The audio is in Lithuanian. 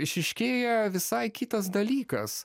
išryškėja visai kitas dalykas